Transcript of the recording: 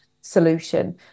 solution